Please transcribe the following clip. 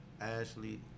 ashley